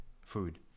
food